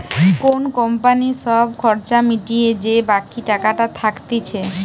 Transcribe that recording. কোন কোম্পানির সব খরচা মিটিয়ে যে বাকি টাকাটা থাকতিছে